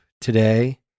today